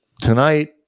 tonight